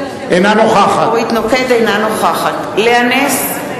אינה נוכחת לאה נס,